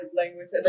language